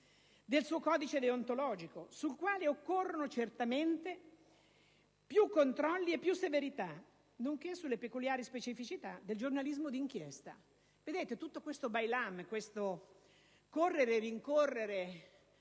del suo codice deontologico, sul quale occorrono certamente più controlli e più severità, nonché alle peculiari specificità del giornalismo di inchiesta. Tutto questo *bailamme*, questo correre e rincorrere